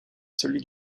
celui